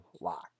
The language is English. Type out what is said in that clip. lock